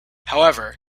however